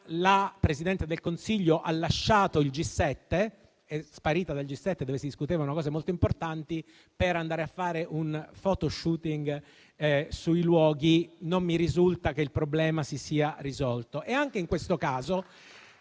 il Presidente del Consiglio ha lasciato il G7, dove si discutevano questioni molto importanti, per andare a fare un *photo shooting* sui luoghi: non mi risulta che il problema si sia risolto.